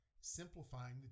simplifying